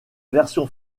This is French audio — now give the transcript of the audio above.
version